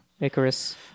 Icarus